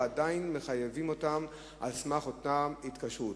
ועדיין מחייבים אותם על סמך אותה התקשרות.